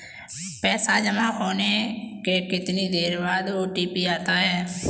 पैसा जमा होने के कितनी देर बाद ओ.टी.पी आता है?